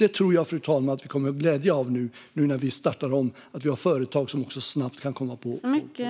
Jag tror, fru talman, att vi kommer att ha glädje av, nu när vi startar om, att vi har företag som snabbt kan komma på banan igen.